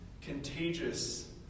contagious